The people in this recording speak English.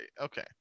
Okay